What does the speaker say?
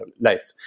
life